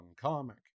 comic